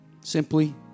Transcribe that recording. simply